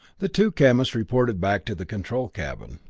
the two chemists reported back to the control cabin.